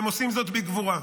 והם עושים זאת בגבורה.